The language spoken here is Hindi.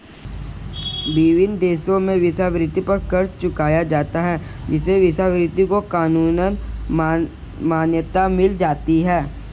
विभिन्न देशों में वेश्यावृत्ति पर कर चुकाया जाता है जिससे वेश्यावृत्ति को कानूनी मान्यता मिल जाती है